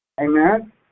Amen